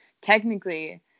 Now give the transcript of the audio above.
technically